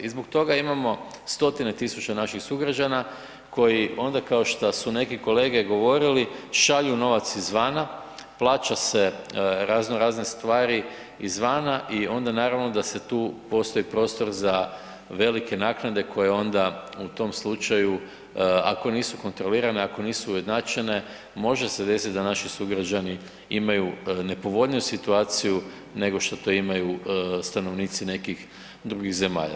I zbog toga imamo stotine tisuća naših sugrađana koji onda kao šta su neki kolege govorili, šalju novac izvana, plaća se raznorazne stvari izvana i onda naravno da tu postoji prostor za velike naknade koje onda u tom slučaju ako nisu kontrolirane, ako nisu ujednačene može se desiti da naši sugrađani imaju nepovoljniju situaciju nego šta to imaju stanovnici nekih drugih zemalja.